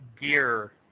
gear